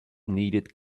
needed